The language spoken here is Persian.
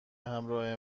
همراه